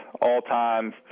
all-time